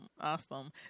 awesome